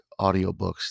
audiobooks